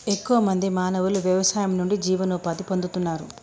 ఎక్కువ మంది మానవులు వ్యవసాయం నుండి జీవనోపాధి పొందుతున్నారు